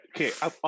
Okay